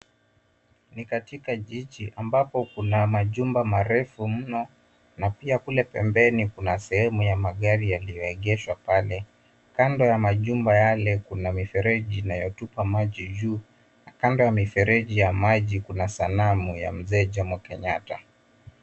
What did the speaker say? Ni katika jiji ambapo kuna majumba marefu mno, na pia kule pembeni kuna sehemu ya magari yaliyogeshwa pale. Kando ya majumba yale kuna mifereji yanayotupa maji juu, na kando ya mifereji ya maji kuna sanamu ya mzee Jomo Kenyatta.